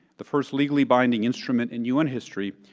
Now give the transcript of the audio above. the first legally binding instrument in un history,